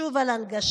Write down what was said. שוב, על הנגשה.